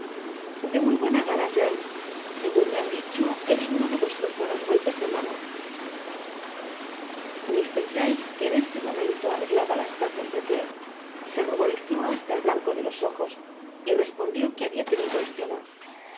de muy buena gana giles segun me han dicho es uno de vuestros buenos goljes de mano mr giles que en este momento arreglaba las tazas de thé se ruborizó hasla el blanco de los ojos y respondió que habia tenido este honor